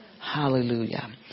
Hallelujah